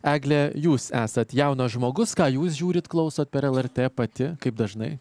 egle jūs esat jaunas žmogus ką jūs žiūrit klausot per lrt pati kaip dažnai